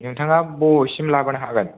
नोंथाङा बबेसिम लाबोनो हागोन